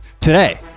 today